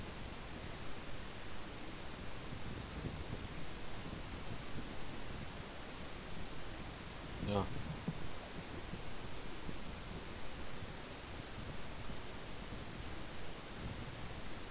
ya